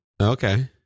okay